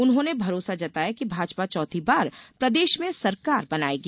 उन्होंने भरोसा जताया कि भाजपा चौथी बार प्रदेश में सरकार बनायेगी